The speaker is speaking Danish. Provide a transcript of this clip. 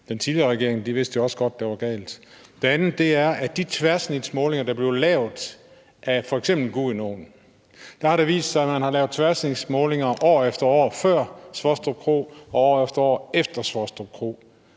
Den tidligere regering vidste jo også godt, det var galt. Det andet er, at ved de tværsnitsmålinger, der blev lavet af f.eks. Gudenåen, har det vist sig, at man har lavet tværsnitsmålinger år efter år før Svostrup Kro og år efter år efter